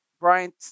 Brian